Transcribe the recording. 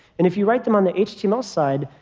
and if you write them on the html side,